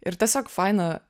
ir tiesiog faina